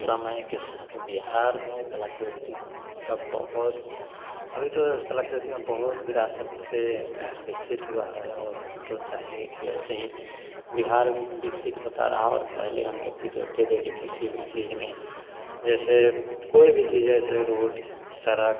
समय के साथ बिहार में कलाकृतिक का बहुत अभी तो कलाकृतिक में बहुत विरासत से विकसित हुआ हैं और हम तो चाहेंगे कि ऐसे ही बिहार विकसित होता रहा और पहले हम लोग भी देखते थे कि किसी भी चीज़ में जैसे कोई भी चीज़ जैसे रोड सड़क